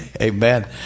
Amen